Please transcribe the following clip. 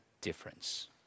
difference